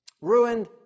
Ruined